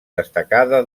destacada